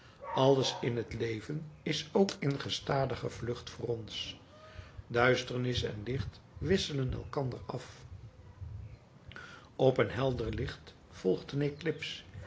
alles in t leven is ook in gestadige vlucht voor ons duisternis en licht wisselen elkander af op een helder licht volgt een eclips